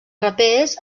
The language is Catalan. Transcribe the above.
rapers